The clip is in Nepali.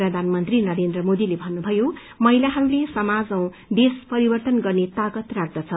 प्रधानमन्त्री नरेन्द्र मोदीले भन्नुभयो महिलाहरूले समाज औ देश परिवर्तन गर्ने ताकत राख्दछ